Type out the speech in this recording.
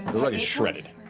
the rug is shredded.